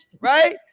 Right